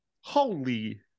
Holy